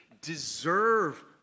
deserve